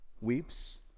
weeps